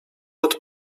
pod